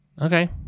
Okay